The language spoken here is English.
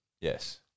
yes